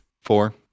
Four